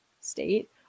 state